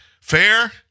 Fair